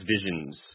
Visions